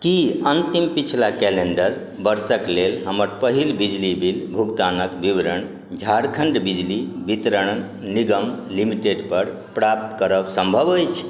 की अंतिम पिछला कैलेंडर वर्षक लेल हमर पहिल बिजली बिल भुगतानक विवरण झारखंड बिजली वितरण निगम लिमिटेड पर प्राप्त करब संभब अछि